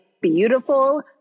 beautiful